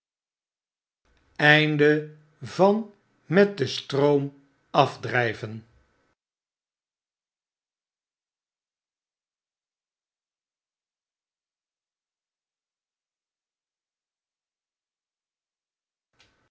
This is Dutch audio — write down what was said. van den stroom te